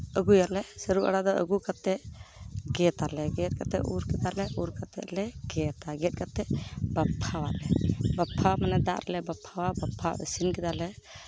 ᱟᱹᱜᱩᱭᱟᱞᱮ ᱥᱟᱹᱨᱩ ᱟᱲᱟᱜ ᱫᱚ ᱟᱹᱜᱩ ᱠᱟᱛᱮᱫ ᱜᱮᱫ ᱟᱞᱮ ᱜᱮᱫ ᱠᱟᱛᱮᱫ ᱩᱨ ᱠᱮᱫᱟᱞᱮ ᱩᱨ ᱠᱟᱛᱮᱫ ᱞᱮ ᱜᱮᱫᱼᱟ ᱜᱮᱫ ᱠᱟᱛᱮᱫ ᱵᱟᱯᱷᱟᱣ ᱟᱞᱮ ᱵᱟᱯᱷᱟᱣ ᱢᱟᱱᱮ ᱫᱟᱜ ᱨᱮᱞᱮ ᱵᱟᱯᱷᱟᱣᱟ ᱵᱟᱯᱷᱟᱣ ᱤᱥᱤᱱ ᱠᱮᱫᱟᱞᱮ